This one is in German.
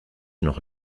noch